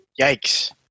yikes